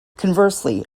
conversely